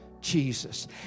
Jesus